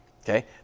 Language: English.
Okay